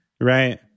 Right